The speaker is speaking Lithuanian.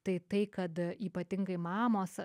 tai tai kad ypatingai mamos